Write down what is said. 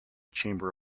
chamber